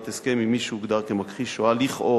על הסכם עם מי שהוגדר מכחיש השואה לכאורה.